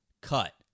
cut